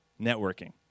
networking